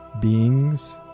beings